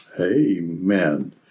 amen